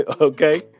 okay